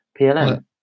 PLM